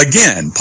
Again